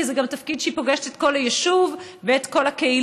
כי זה תפקיד שהיא פוגשת את כל היישוב ואת כל הקהילה,